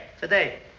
Today